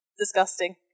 disgusting